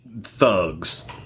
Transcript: thugs